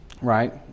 right